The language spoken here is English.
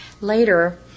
later